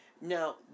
Now